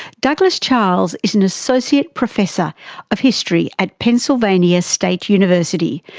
douglas charles is an associate professor of history at pennsylvania state university,